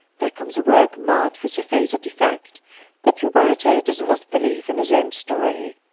there comes a work marred with the fatal defect that the writer does not believe in his own story.